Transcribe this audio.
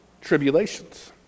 tribulations